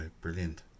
Brilliant